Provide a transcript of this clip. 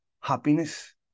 happiness